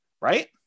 right